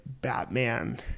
Batman